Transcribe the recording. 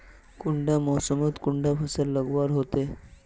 कुंडा मोसमोत कुंडा फसल लगवार होते?